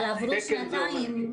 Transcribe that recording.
אבל עברו שנתיים.